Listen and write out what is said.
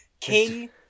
King